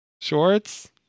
Shorts